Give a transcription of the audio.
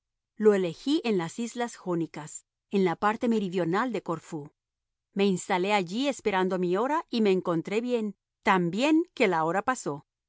lo elegí en las islas jónicas en la parte meridional de corfú me instalé allí esperando mi hora y me encontré bien tan bien que la hora pasó